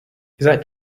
that